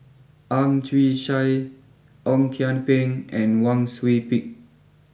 Ang Chwee Chai Ong Kian Peng and Wang Sui Pick